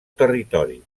territori